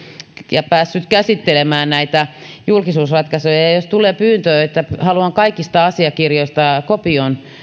ja päässyt käsittelemään näitä julkisuusratkaisuja ja ja jos tulee pyyntö että halutaan kaikista asiakirjoista kopio